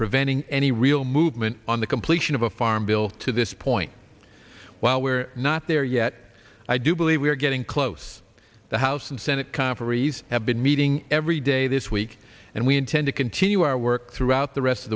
preventing any real movement on the completion of a farm bill to this point while we're not there yet i do believe we are getting close the house and senate conferees have been meeting every day this week and we intend to continue our work throughout the rest of